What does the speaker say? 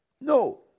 No